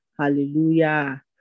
Hallelujah